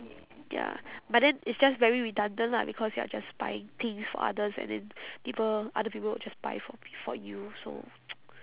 ya but then it's just very redundant lah because you are just buying things for others and then people other people will just buy for for you so